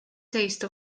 taste